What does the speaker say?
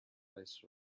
less